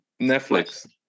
netflix